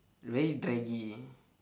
very draggy